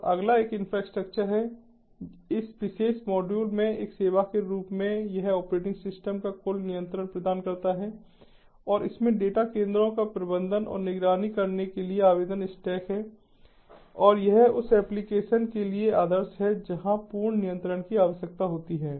और अगला एक इंफ्रास्ट्रक्चर है इस विशेष मॉड्यूल में एक सेवा के रूप में यह ऑपरेटिंग सिस्टम का कुल नियंत्रण प्रदान करता है और इसमें डेटा केंद्रों का प्रबंधन और निगरानी करने के लिए आवेदन स्टैक है और यह उस एप्लिकेशन के लिए आदर्श है जहां पूर्ण नियंत्रण की आवश्यकता होती है